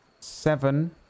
Seven